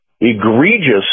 egregious